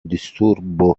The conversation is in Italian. disturbo